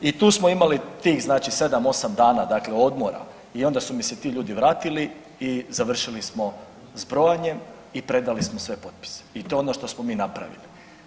I tu smo imali tih znači 7, 8 dana dakle odmora i onda su mi se ti ljudi vratili i završili smo s brojanjem i predali smo sve potpise i to je ono što smo mi napravili.